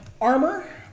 Armor